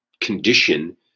condition